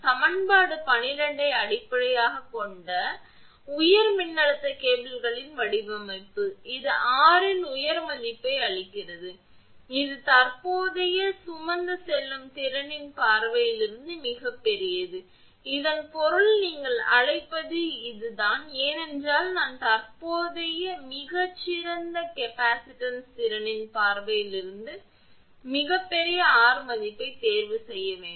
சமன்பாடு 12 ஐ அடிப்படையாகக் கொண்ட உயர் மின்னழுத்த கேபிள்களின் வடிவமைப்பு இது r இன் உயர் மதிப்பை அளிக்கிறது இது தற்போதைய சுமந்து செல்லும் திறனின் பார்வையில் இருந்து மிகப் பெரியது இதன் பொருள் நீங்கள் அழைப்பது இதுதான் ஏனென்றால் நான் தற்போதைய மிகச் சிறந்த கேப்பசிட்டன்ஸ் திறனின் பார்வையில் இருந்து மிகப் பெரிய r மதிப்பைத் தேர்வு செய்ய வேண்டும்